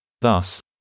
Thus